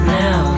now